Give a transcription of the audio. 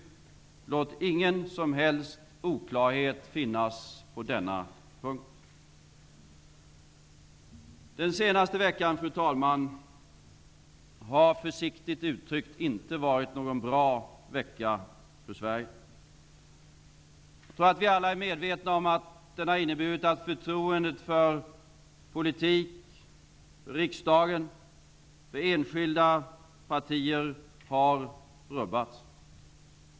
Låt ingen som helst oklarhet råda på denna punkt. Fru talman! Den senaste veckan har, försiktigt uttryckt, inte varit någon bra vecka för Sverige. Jag tror att vi alla är medvetna om att den har inneburit att förtroendet för politiken, riksdagen och de enskilda partierna har rubbats.